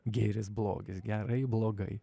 gėris blogis gerai blogai